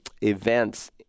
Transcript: events